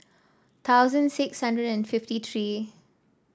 thousand six hundred and fifty three